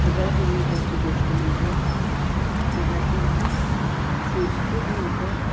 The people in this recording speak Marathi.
सगळ्यात महत्त्वाची गोष्ट म्हणजे मराठी ही संस्कृतनंतर